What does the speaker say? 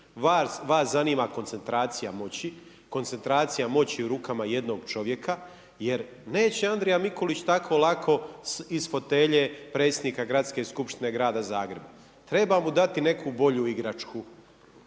Vas zanima koncentracija moći u rukama jednog čovjeka jer neće Andrija Mikulić tako lako iz fotelje predsjednika Gradske skupštine Grada Zagreba. Treba mu dati neku bolju igračku.